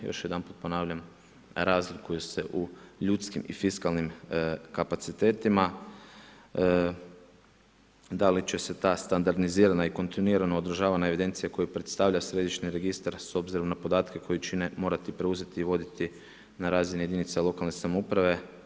Još jedanput ponavljam, razlikuju se u ljudskim i fiskalnim kapacitetima, da li će se ta standardizirana i kontinuirana održavana evidencija koju predstavlja središnji registar, s obzirom na podatke koje čine, morati preuzeti i voditi na razini jedinica lokalne samouprave?